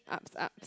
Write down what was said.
ups ups